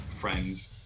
friends